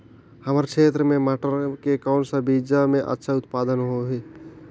हमर क्षेत्र मे मटर के कौन सा बीजा मे अच्छा उत्पादन होही?